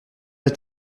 est